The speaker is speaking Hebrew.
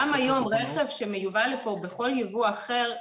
גם היום רכב שמיובא לפה בכל ייבוא אחר,